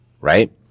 right